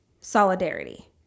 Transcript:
solidarity